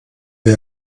wir